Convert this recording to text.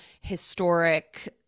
historic